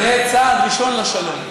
זה צעד ראשון לשלום.